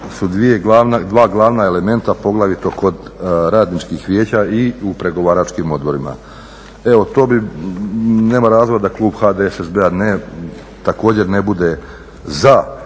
dva glavna elementa, poglavito kod radničkih vijeća i u pregovaračkim odborima. Evo, to bi, nema razloga da klub HDSSB-a također ne bude za